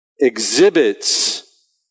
exhibits